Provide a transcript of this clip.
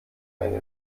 eine